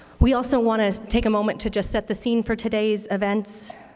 we also want to take a moment to just set the scene for today's events.